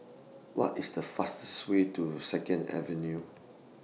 What IS The fastest Way to Second Avenue